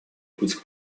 путь